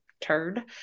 turd